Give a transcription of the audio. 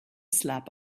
slap